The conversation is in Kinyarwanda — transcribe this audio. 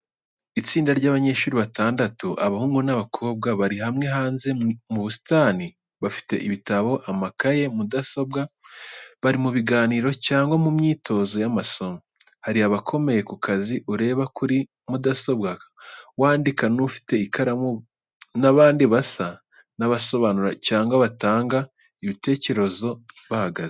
Itsinda ry’abanyeshuri batandatu, abahungu n’abakobwa, bari hamwe hanze mu busitani, bafite ibitabo, amakaye, mudasobwa bari mu biganiro cyangwa mu myitozo y’amasomo. Hari abakomeye ku kazi ureba kuri mudasobwa, wandika, n’ufite ikaramu n’abandi basa n’abasobanura cyangwa batanga ibitekerezo bahagaze.